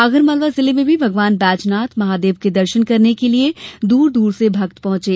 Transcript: आगरमालवा जिले में भी भगवान बैजनाथ महादेव के दर्शन करने के लिये दूर दूर से श्रद्वालु पहुंचे